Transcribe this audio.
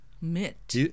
Mitt